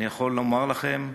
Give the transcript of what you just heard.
אני יכול לומר לכם: